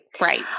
right